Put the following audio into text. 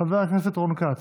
חבר הכנסת רון כץ,